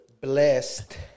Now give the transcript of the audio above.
blessed